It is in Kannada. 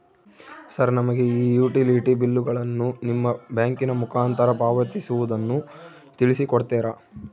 ಸರ್ ನಮಗೆ ಈ ಯುಟಿಲಿಟಿ ಬಿಲ್ಲುಗಳನ್ನು ನಿಮ್ಮ ಬ್ಯಾಂಕಿನ ಮುಖಾಂತರ ಪಾವತಿಸುವುದನ್ನು ತಿಳಿಸಿ ಕೊಡ್ತೇರಾ?